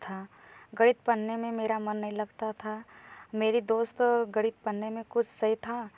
गणित पढ़ने में मेरा मन नहीं लगता था मेरी दोस्त गणित पढ़ने में कुछ सही था